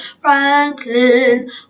Franklin